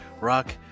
rock